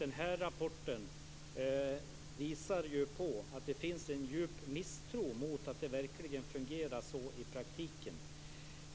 Men nämnda rapport visar på att det finns en djup misstro mot att det verkligen fungerar så i praktiken.